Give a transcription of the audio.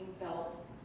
felt